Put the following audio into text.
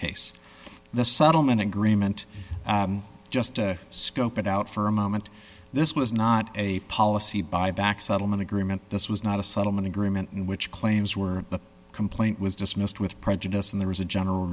case the settlement agreement just scope it out for a moment this was not a policy buyback settlement agreement this was not a settlement agreement in which claims were the complaint was dismissed with prejudice and there was a general